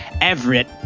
Everett